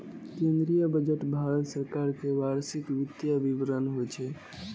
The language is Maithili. केंद्रीय बजट भारत सरकार के वार्षिक वित्तीय विवरण होइ छै